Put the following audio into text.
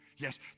Yes